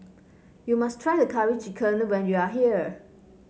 you must try the Curry Chicken when you are here